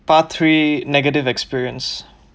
part three negative experience